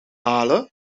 halen